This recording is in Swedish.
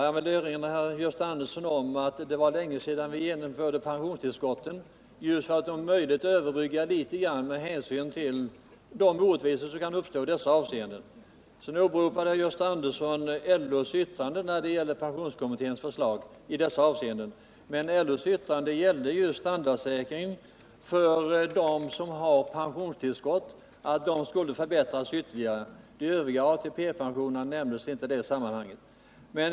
Jag vill emellertid erinra Gösta Andersson om att det var länge sedan vi införde pensionstillskotten, och vi gjorde detta just för att något rätta till de orättvisor som kan uppstå på detta område. Gösta Andersson åberopade LO:s yttrande beträffande pensionskommitténs förslag, men LO:s yttrande gällde just standardsäkringen för dem som har pensionstillskott, vilka skulle förbättras ytterligare. De övriga ATP pensionerna nämndes inte i detta sammanhang.